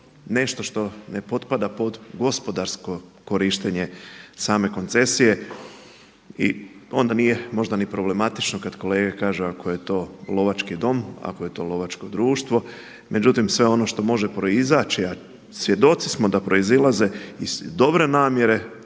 nešto što ne potpada pod gospodarsko korištenje same koncesije i onda nije možda ni problematično kada kolege kažu ako je to lovački dom, ako je lovačko društvo. Međutim, sve ono što može proizaći, a svjedoci smo da proizlaze iz dobre namjere